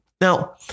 Now